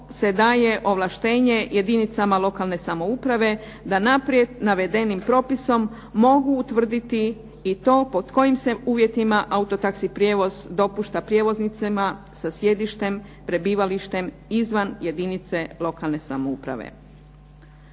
se daje ovlaštenje jedinicama lokalne samouprave da naprijed navedenim propisom mogu utvrditi i to pod kojim se uvjetima auto taxi prijevoz dopušta prijevoznicima sa sjedištem, prebivalištem izvan jedinice lokalne samouprave.